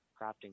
crafting